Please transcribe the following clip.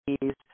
please